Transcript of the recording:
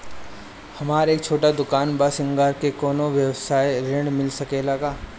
हमर एक छोटा दुकान बा श्रृंगार के कौनो व्यवसाय ऋण मिल सके ला?